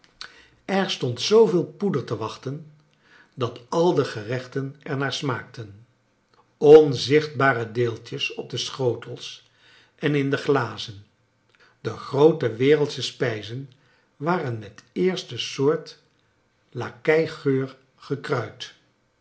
er stond zooveel poeder te wachten dat al de gerechten er naar smaakten onzichtbare deeltjes op de schotels en in de glazen de groote wereldsche spijzen waren met eerste soort lakeigeur gekruid